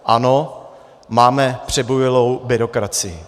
Ano, máme přebujelou byrokracii.